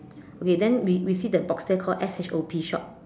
okay then we we see the box there called S H O P shop